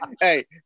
hey